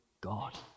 God